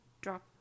drop